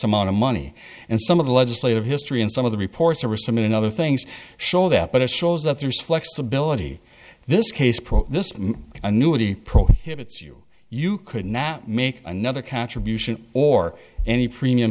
amount of money and some of the legislative history and some of the reports are recent and other things show that but it shows that there's flexibility this case pro annuity prohibits you you could not make another contribution or any premium